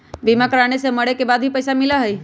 बीमा कराने से मरे के बाद भी पईसा मिलहई?